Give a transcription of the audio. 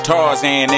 Tarzan